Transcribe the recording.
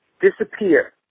Disappear